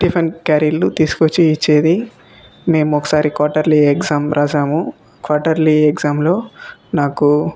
tiffin క్యారీలు తీసుకొచ్చి ఇచ్చేదీ మేము ఒకసారి క్వార్టర్లీ ఎగ్జాము వ్రాసాము క్వార్టర్లీ ఎగ్జాములో నాకు